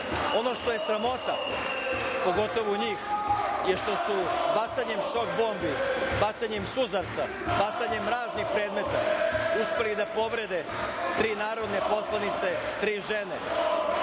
što je sramota je, pogotovo njih, što su bacanjem šok bombi, bacanjem suzavca, bacanjem raznih predmeta, uspeli da povrede tri narodne poslanice, tri žene.